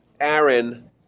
Aaron